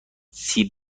سیب